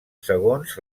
segons